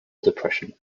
depression